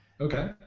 Okay